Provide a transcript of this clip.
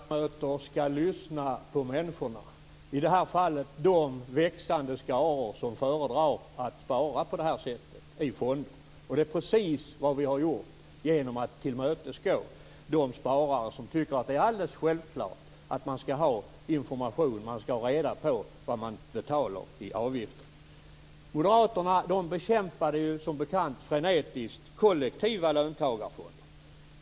Fru talman! Riksdagsledamöter skall lyssna på människorna. I det här fallet handlar det om de växande skaror som föredrar att spara på detta sätt i fonder. Det är precis vad vi har gjort genom att tillmötesgå de sparare som tycker att det är alldeles självklart att man skall ha information och få reda på hur mycket man betalar i avgifter. Moderaterna bekämpade ju som bekant frenetiskt kollektiva löntagarfonder.